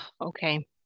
Okay